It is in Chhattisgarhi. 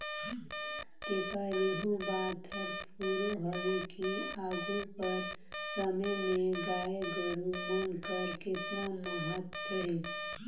तेकर एहू बात हर फुरों हवे कि आघु कर समे में गाय गरू मन कर केतना महत रहिस